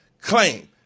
claim